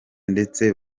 ndetse